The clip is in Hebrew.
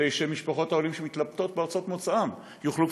כדי שמשפחות העולים שמתלבטות בארצות מוצאן יוכלו